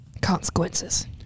consequences